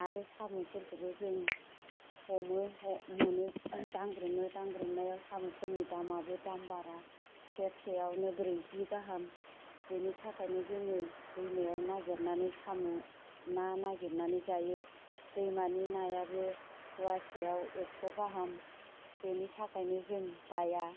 आरो साम'फोरखौबो जों हमो मोनो दांग्रोमो दांग्रोनायाव साम'फोरनि दामाबो दाम बारा सेरसेयावनो ब्रैजि गाहाम बेनि थाखायनो जोङो दैमायाव नागिरनानै साम' ना नागिरनानै जायो दैमानि नायाबो फ'वासेयाव एक्स' गाहाम बेनि थाखायनो जों बाया